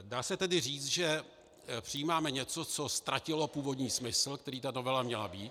Dá se tedy říct, že přijímáme něco, co ztratilo původní smysl, který ta novela měla mít.